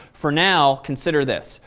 for now, consider this,